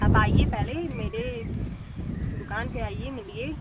आप आइए पहले मेरे दुकान पर आइए मिलिए